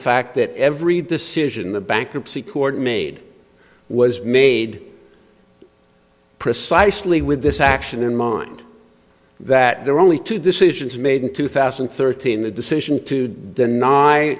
fact that every decision the bankruptcy court made was made precisely with this action in mind that there only two decisions made in two thousand and thirteen the decision to deny